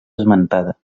esmentada